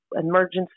emergency